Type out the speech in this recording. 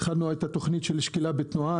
התחלנו את התוכנית של שקילה בתנועה,